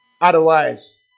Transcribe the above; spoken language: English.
Otherwise